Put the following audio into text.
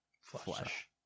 Flesh